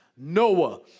noah